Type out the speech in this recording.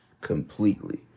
completely